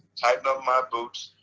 tighten up my boots,